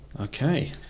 Okay